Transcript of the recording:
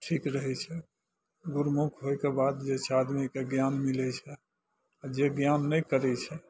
ठीक रहय छै गुरुमुख होइके बाद जे छै आदमीके ज्ञान मिलय छै आओर जे ज्ञान नहि करय छै